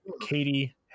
Katie